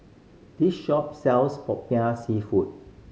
this shop sells Popiah Seafood